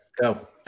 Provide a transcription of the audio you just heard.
Go